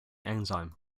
enzyme